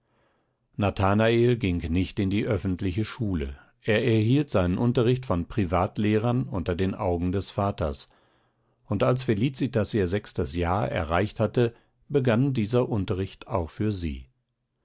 nathanael ging nicht in die öffentliche schule er erhielt seinen unterricht von privatlehrern unter den augen des vaters und als felicitas ihr sechstes jahr erreicht hatte begann dieser unterricht auch für sie